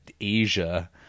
Asia